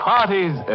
Parties